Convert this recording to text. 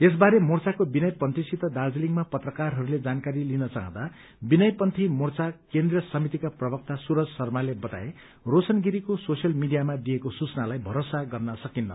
यसबारे मोर्चाको विनय पन्यीसित दार्जीलिङमा पत्रकारहरूले जानकारी लिन चाहदाँ विनय पन्थी मोर्चा केन्द्रीय समितिका प्रवक्ता सूरज शर्माले बताए रोशन गिरीको सोशियल मीडियामा दिएको सूचनालाई भरोसा गर्न सकित्र